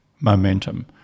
momentum